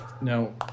no